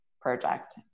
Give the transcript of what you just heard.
Project